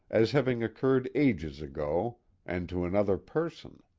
as having occurred ages ago and to another person.